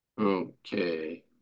Okay